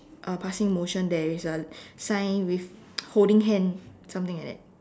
uh passing motion there is a sign with holding hand something like that